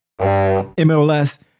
MLS